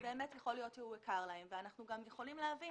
אנחנו גם יכולים להבין